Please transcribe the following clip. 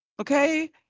Okay